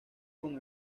con